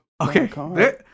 okay